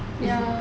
ya